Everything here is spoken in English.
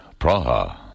Praha